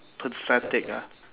pathetic ah